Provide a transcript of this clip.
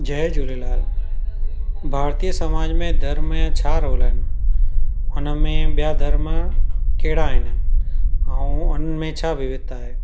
जय झूलेलाल भारतीय समाज में धर्म जो छा रोल आहिनि हुनमें ॿिया धर्म कहिड़ा आहिनि ऐं उन्हनि में छा विविधता आहे